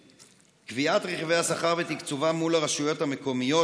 קביעת רכיבי השכר ותקצובם מול הרשויות המקומיות